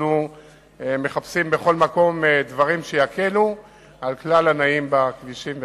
אנחנו מחפשים בכל מקום דברים שיקלו על כלל הנעים בכבישים וברכבות.